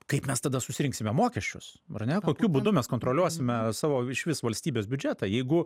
kaip mes tada susirinksime mokesčius ar ne kokiu būdu mes kontroliuosime savo išvis valstybės biudžetą jeigu